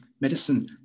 medicine